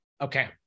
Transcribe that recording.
Okay